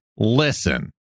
Listen